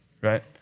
right